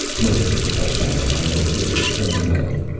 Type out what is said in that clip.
most of the professional men i know feel the same way.